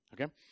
Okay